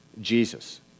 Jesus